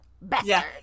bastard